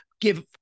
give